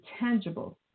tangible